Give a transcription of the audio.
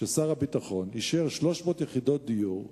ששר הביטחון אישר 300 יחידות דיור בטלמון,